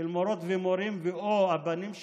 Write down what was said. של מורות ומורים או הילדים שלהם,